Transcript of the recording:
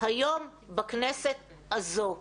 היום בכנסת הזו.